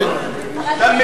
הוא יחזור.